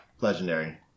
Legendary